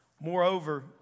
Moreover